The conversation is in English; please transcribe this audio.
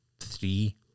three